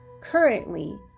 currently